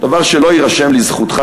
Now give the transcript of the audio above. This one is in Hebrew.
דבר שלא יירשם לזכותך,